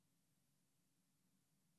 כי אתם שומעים אותי בחדרים: תבואו לכאן,